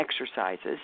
exercises